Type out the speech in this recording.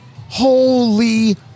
Holy